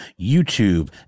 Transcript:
YouTube